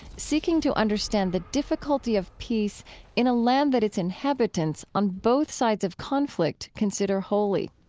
seeking to understand the difficulty of peace in a land that its inhabitants, on both sides of conflict, consider holy